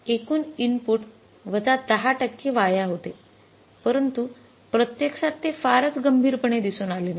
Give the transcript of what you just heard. एकूण इनपुट वजा १० टक्के वाया होते परंतु प्रत्यक्षात ते फारच गंभीरपणे दिसून आले नाही